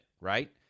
right